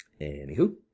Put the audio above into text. Anywho